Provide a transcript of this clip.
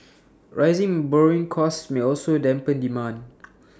rising borrowing costs may also dampen demand